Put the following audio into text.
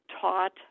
taught